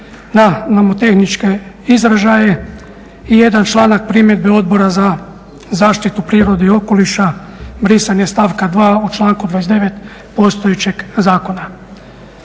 na nomotehničke izražaje i jedan članak primjedbe Odbora za zaštitu prirode i okoliša brisanje stavka 2. u članku 29. postojećeg zakona.